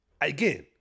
Again